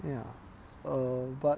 ya err but